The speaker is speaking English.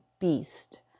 beast